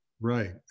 Right